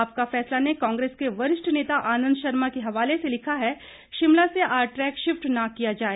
आपका फैसला ने काग्रंस के वरिष्ठ नेता आनंद शर्मा के हवाले से लिखा है शिमला से आरट्रैक शिफ्ट न किया जाए